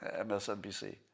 MSNBC